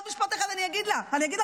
עוד משפט אחד אני אגיד לכם.